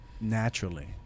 naturally